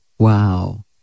Wow